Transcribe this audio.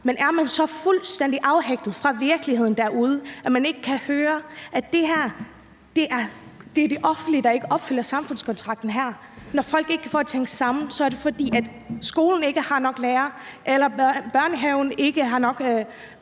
Men er man så fuldstændig afhægtet fra virkeligheden derude, at man ikke kan høre, at det her er det offentlige, der ikke opfylder samfundskontrakten? Når folk ikke kan få det til at hænge sammen, er det, fordi skolen ikke har nok lærere, eller børnehaven ikke har nok